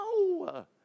No